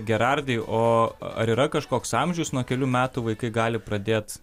gerardai o ar yra kažkoks amžius nuo kelių metų vaikai gali pradėt